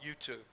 youtube